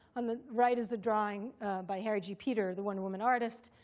on the right is a drawing by harry g. peter, the wonder woman artist.